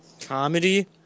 Comedy